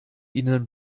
ihnen